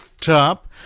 top